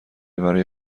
برای